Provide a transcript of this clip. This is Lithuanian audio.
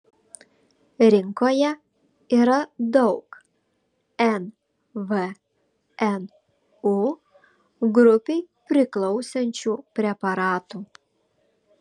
rinkoje yra daug nvnu grupei priklausančių preparatų